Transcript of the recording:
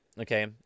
Okay